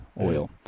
oil